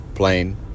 plane